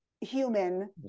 human